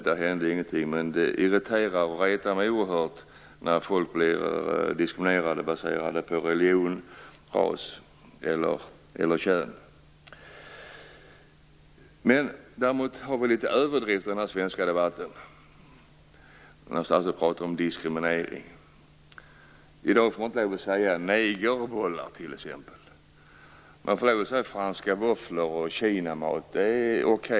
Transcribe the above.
Det hände ingenting, men det retar mig oerhört när folk blir diskriminerade på grundval av religion, ras eller kön. Däremot förekommer det en del överdrifter i den svenska debatten om diskriminering. I dag är det t.ex. tabubelagt att säga "negerbollar", trots att det är okej att tala om franska våfflor och kinamat.